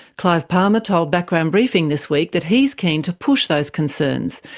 clive palmer told background briefing this week that he's keen to push those concerns,